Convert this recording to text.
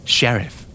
Sheriff